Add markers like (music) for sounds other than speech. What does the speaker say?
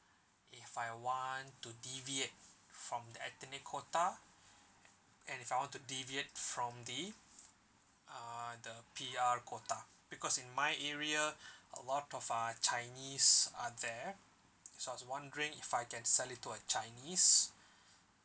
if I want to deviate from the ethnic quota and if I want to deviate from the uh the P_R quota because in my area (breath) a lot of uh chinese are there so I was wondering if I can sell it to a chinese